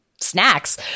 snacks